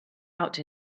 out